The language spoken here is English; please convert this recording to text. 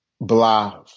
blah